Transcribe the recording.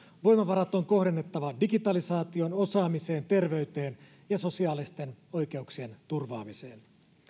voimavarat on kohdennettava digitalisaatioon osaamiseen terveyteen ja sosiaalisten oikeuksien turvaamiseen